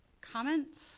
Comments